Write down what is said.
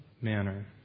manner